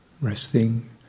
resting